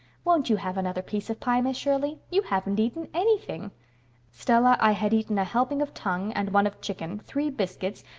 won't you have another piece of pie, miss shirley? you haven't eaten anything stella, i had eaten a helping of tongue and one of chicken, three biscuits,